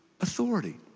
authority